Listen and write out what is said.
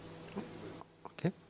Okay